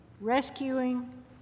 rescuing